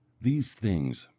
these things,